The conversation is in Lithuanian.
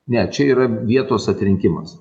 ne čia yra vietos atrinkimas